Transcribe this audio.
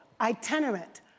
itinerant